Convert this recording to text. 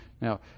Now